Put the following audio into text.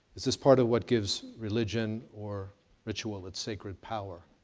is this part of what gives religion or ritual it's sacred power.